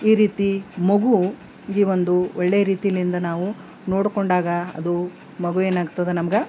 ಈ ರೀತಿ ಮಗುವಿಗೆ ಒಂದು ಒಳ್ಳೆ ರೀತಿಯಿಂದ ನಾವು ನೋಡ್ಕೊಂಡಾಗ ಅದು ಮಗು ಏನಾಗ್ತದೆ ನಮಗೆ